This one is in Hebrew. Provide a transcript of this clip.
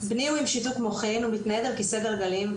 "בני הוא עם שיתוק מוחין ומתנייד על כיסא גלגלים,